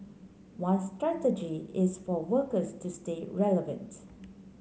one strategy is for workers to stay relevant